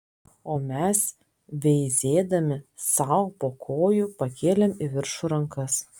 o mes veizėdami sau po kojų pakėlėm į viršų rankas